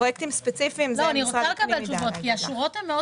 אני רוצה לקבל תשובות כי השורות הן מאוד